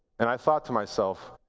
and i thought to myself,